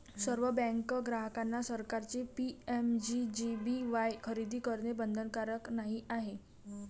सर्व बँक ग्राहकांना सरकारचे पी.एम.जे.जे.बी.वाई खरेदी करणे बंधनकारक नाही आहे